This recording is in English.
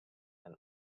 and